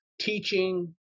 teaching